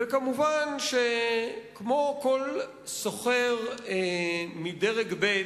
ומובן שכמו כל סוחר מדרג ב'